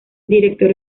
director